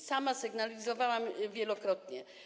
Sama sygnalizowałam to wielokrotnie.